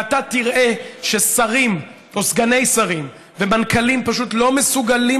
ואתה תראה שסגנים או סגני שרים ומנכ"לים פשוט לא מסוגלים